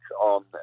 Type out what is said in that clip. on